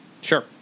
Sure